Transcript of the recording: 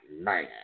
man